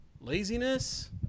laziness